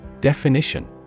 Definition